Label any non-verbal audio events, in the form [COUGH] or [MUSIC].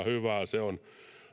[UNINTELLIGIBLE] hyvää se on